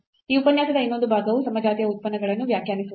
ಈ ಉಪನ್ಯಾಸದ ಇನ್ನೊಂದು ಭಾಗವು ಸಮಜಾತೀಯ ಉತ್ಪನ್ನಗಳನ್ನು ವ್ಯಾಖ್ಯಾನಿಸುವುದು